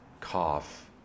cough